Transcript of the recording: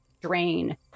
drain